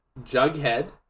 Jughead